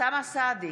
אוסאמה סעדי,